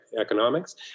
economics